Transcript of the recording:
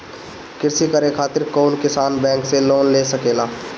कृषी करे खातिर कउन किसान बैंक से लोन ले सकेला?